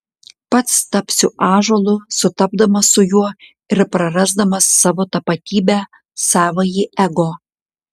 pats tapsiu ąžuolu sutapdamas su juo ir prarasdamas savo tapatybę savąjį ego